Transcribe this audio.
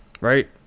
Right